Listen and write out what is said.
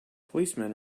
policemen